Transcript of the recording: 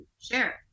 share